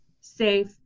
safe